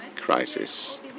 crisis